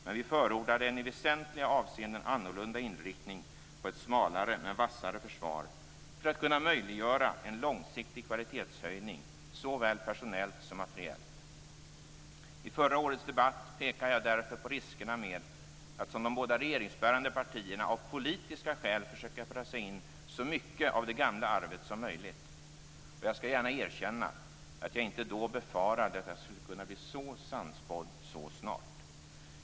Men vi förordade en i väsentliga avseenden annorlunda inriktning på ett "smalare men vassare" försvar för att kunna möjliggöra en långsiktig kvalitetshöjning såväl personellt som materiellt. I förra årets debatt pekade jag därför på riskerna med att som de båda regeringsbärande partierna av politiska skäl försöka pressa in så mycket av det gamla arvet som möjligt. Jag skall gärna erkänna att jag inte då befarade att jag skulle kunna bli så sannspådd så snart.